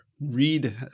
read